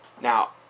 Now